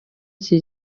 iki